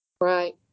Right